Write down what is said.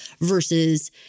versus